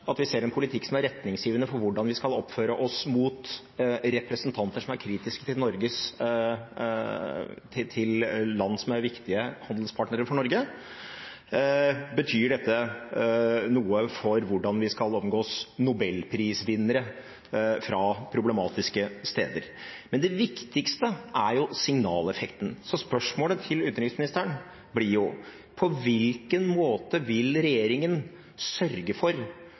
at vi ser en politikk som er retningsgivende for hvordan vi skal oppføre oss mot representanter som er kritiske til land som er viktige handelspartnere for Norge? Betyr dette noe for hvordan vi skal omgås nobelprisvinnere fra problematiske steder? Men det viktigste er signaleffekten, og spørsmålet til utenriksministeren blir: På hvilken måte vil regjeringen sørge for